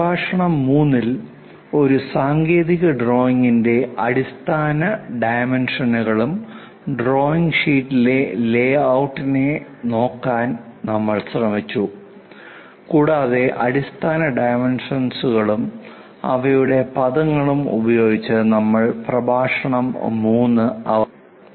പ്രഭാഷണം 3 ൽ ഒരു സാങ്കേതിക ഡ്രോയിംഗിന്റെ അടിസ്ഥാന ഡൈമെൻഷൻസ്കളും ഡ്രോയിംഗ് ഷീറ്റിന്റെ ലേ ലേഔട്ട് നോക്കാൻ നമ്മൾ ശ്രമിച്ചു കൂടാതെ അടിസ്ഥാന ഡൈമെൻഷൻസ്കളും അവയുടെ പദങ്ങളും ഉപയോഗിച്ച് നമ്മൾ പ്രഭാഷണം 3 അവസാനിപ്പിച്ചു